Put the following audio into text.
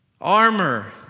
armor